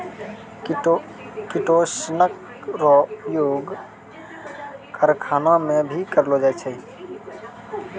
किटोसनक रो उपयोग करखाना मे भी करलो जाय छै